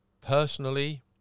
personally